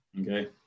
Okay